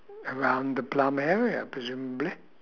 around the plum area presumably